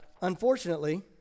unfortunately